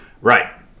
Right